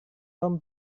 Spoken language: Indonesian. tom